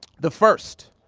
the first